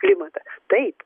klimatas taip